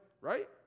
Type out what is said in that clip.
right